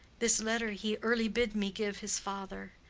this letter he early bid me give his father,